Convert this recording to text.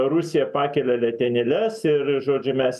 rusija pakelia letenėles ir žodžiu mes